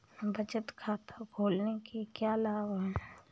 बचत खाता खोलने के क्या लाभ हैं?